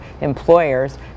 employers